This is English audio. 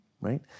right